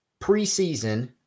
preseason